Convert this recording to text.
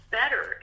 better